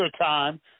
time